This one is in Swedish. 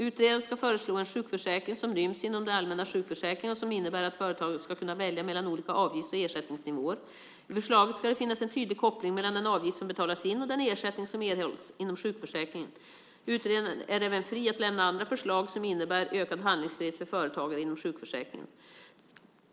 Utredaren ska föreslå en sjukförsäkring som ryms inom den allmänna sjukförsäkringen och som innebär att företagarna ska kunna välja mellan olika avgifts och ersättningsnivåer. I förslaget ska det finnas en tydlig koppling mellan den avgift som betalas in och den ersättning som erhålls inom sjukförsäkringen. Utredaren är även fri att lämna andra förslag som innebär ökad handlingsfrihet för företagare inom sjukförsäkringen.